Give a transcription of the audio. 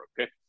Okay